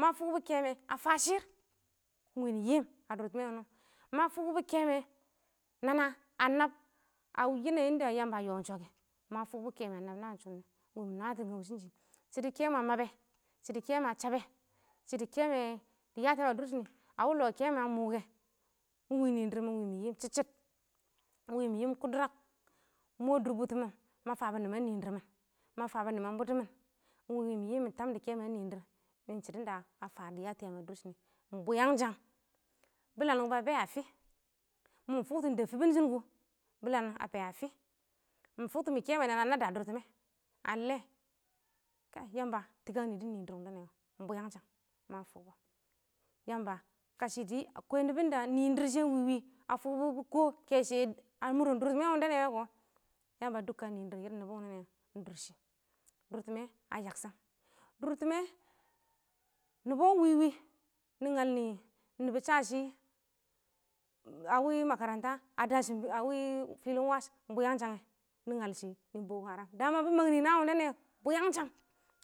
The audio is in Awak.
Ma fʊk bɔ kɛmwɛ a fa shɪrr, wɪ yɪm a dʊrtɪmɛ, wɪnɪ wɔ, ma fʊk bɔ kɛmwɛ nana a nab a da yamba a yɔ shɔ kɛ, ma fʊk bɔ kɛmwɛ a nab naan shʊ wɔ, wɪ mɪ nwatɔ shɪn shɪ, shɪdɔ kɛmwɛ a mabɛ, shɪdɔ kɛmwɛ a chabbɛ, shɪdɔ kɛmwɛ dɪ yatɔ yaam a dʊrshɪn nɪ, a wɪ lɔ kɛmwɛ a mʊkɛ, nɪɪn dɪrr mɪn wɪ dɪ shɔ chid chid, ɪng wɪ mɪ yɪɪm kʊdʊrak, ɪng mɔ dʊrbʊtɪmɪn ma fabɔ nɪman nɪɪn dɪrr mɪn, na fabɔ nɪman bʊtɔ mɪn, ɪng wɪ mɪ yɪm, mɪ tam dɪ kɛmwɛ a nɪɪn dɪrr ɪng shɪdɔn da fa dɪ yatɔ yam a dʊrshɪ. Ing bwɪyangshang binəng, nɪbɔ ba bɛ a fɪ, mɪ fʊktɔ ɪng deb fɪbɪn shɪn kʊ, bɪlan a kɛ a fɪ mɪ fʊktɔ mɪ kɛmwɛ nana a naddɛ a dʊrtɪmɛ a lɛ, kaɪ yamba tɪkangnɪ dɪ nɪɪn dɪrr wʊndɛ nɛ wɔ, ɪng bwɪyangshang, ma fʊk bɔ, yamba kashɪ dɪ akwai nɪbɔn da nɪɪn dɪrr shɪyɛ ɪng wɪ wɪ a fʊk bɔ bɪ kɔ kɛshɛ a mʊrɪn dʊrtɪmɛ wɪndɛ nɛ wɛ kɔ, yamba dʊm ka nɪɪn dɪrr nɪmbɪnɛ wɔ, dʊr shɪ, dʊrtɪmɛ a yaksham, dʊrtɪmɛ nɪbɔ ɪng wɪ wɪ nɪ ngal nɪ nɪbɔ sha shɪ a wɪ makaranta a da shɪn bʊ, a wɪ fɪlɪn wash ɪng bwɪyanshang, bɪ ngal shɪ nɪ ɪng bɔkɔ-haram dama nɪ ngal shɪ naan wɪndɛ nɛ, bwɪyangshang